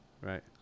Right